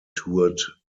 toured